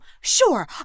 Sure